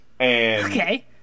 Okay